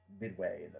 midway